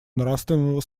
нравственного